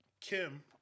Kim